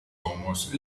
almost